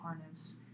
harness